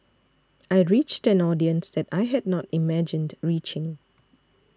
I reached an audience that I had not imagined reaching